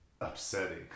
upsetting